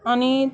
आणि